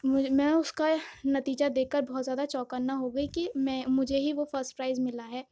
میں اس کا نتیجہ دیکھ کر بہت زیادہ چوکنا ہوگئی کہ میں مجھے ہی وہ فسٹ پرائز ملا ہے